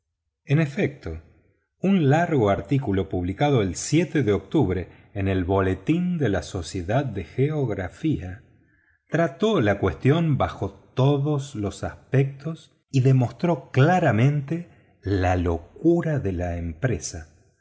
en efecto un largo artículo publicado el de octubre en el boletín de la sociedad de geografía trató la cuestión desde todos los aspectos y demostró claramente la locura de la empresa